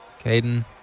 Caden